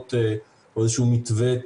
קולות או איזשהו מתווה,